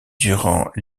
durant